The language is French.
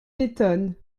m’étonne